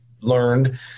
learned